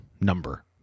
number